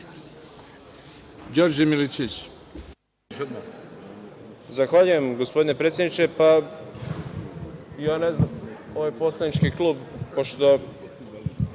**Đorđe Milićević** Zahvaljujem, gospodine predsedniče. Ja ne znam, ovaj poslanički klub pošto